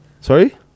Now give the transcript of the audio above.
Sorry